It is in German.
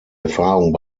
erfahrung